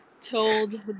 told